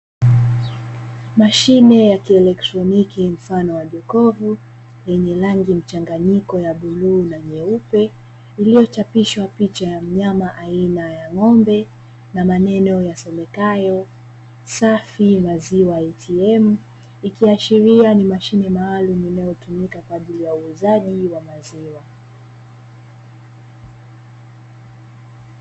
Mashine ya kielektroniki mfano wa jokofu lenye rangi mchanganyiko ya bluu na nyeupe, iliyochapishwa picha ya mnyama aina ya ng'ombe na maneno yasomekayo "safi maziwa ATM"; ikiashiria ni mashine maalumu inayotumika kwa ajili ya uuzaji wa maziwa.